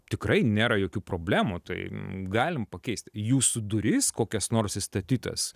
tikrai nėra jokių problemų tai galim pakeisti jūsų duris kokias nors įstatytas